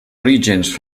orígens